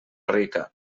rica